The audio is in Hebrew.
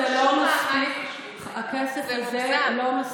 הכסף הזה לא מספיק, זה מוגזם.